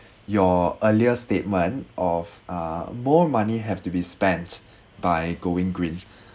your earlier statement of uh more money have to be spent by going green